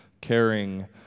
caring